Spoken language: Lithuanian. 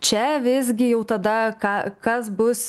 čia visgi jau tada ką kas bus